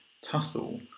tussle